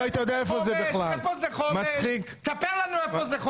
לא היית יודע איפה זה בכלל.